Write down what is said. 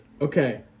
Okay